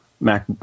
Mac